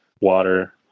water